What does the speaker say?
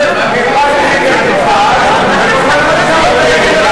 הוא יכול, הוא יכול להימנע,